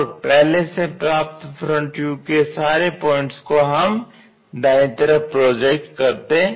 और पहले से प्राप्त फ्रंट व्यू के सारे पॉइंट्स को भी हम दाएं तरफ प्रोजेक्ट करते हैं